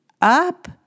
up